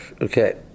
Okay